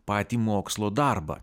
patį mokslo darbą